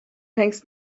hängst